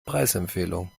preisempfehlung